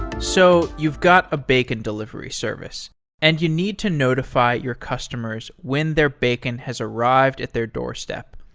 so you've got a bacon delivery service and you need to notify your customers when their bacon has arrived at their doorstep.